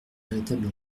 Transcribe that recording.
véritable